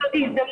בוקר טוב.